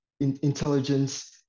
intelligence